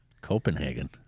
Copenhagen